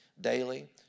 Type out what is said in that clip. Daily